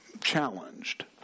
challenged